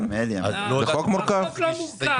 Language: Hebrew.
החוק לא מורכב.